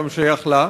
גם שייך לה.